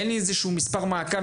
אין לי איזשהו מספר מעקב,